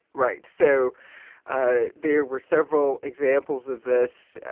right. so ah there were several examples of this.